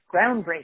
groundbreaking